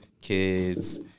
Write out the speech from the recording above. kids